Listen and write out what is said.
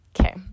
Okay